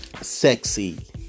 Sexy